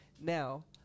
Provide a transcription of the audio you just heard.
Now